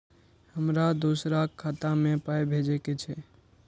हमरा दोसराक खाता मे पाय भेजे के छै?